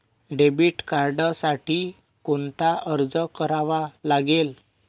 Debit कार्डसाठी कोणता अर्ज करावा लागेल?